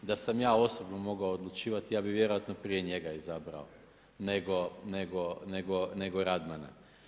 Da sam ja osobno mogao odlučivati ja bi vjerojatno prije njega izabrao nego Radmana.